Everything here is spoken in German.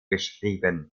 beschrieben